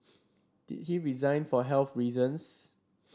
did he resign for health reasons